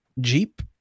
jeep